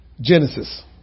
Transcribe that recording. Genesis